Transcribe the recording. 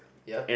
yup